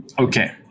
Okay